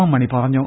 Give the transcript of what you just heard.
M Mani പറഞ്ഞു